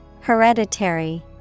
Hereditary